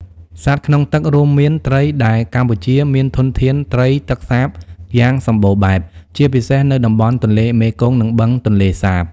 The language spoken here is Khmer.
សត្វក្នុងទឹករួមមានត្រី ដែលកម្ពុជាមានធនធានត្រីទឹកសាបយ៉ាងសំបូរបែប ជាពិសេសនៅតំបន់ទន្លេមេគង្គ និងបឹងទន្លេសាប។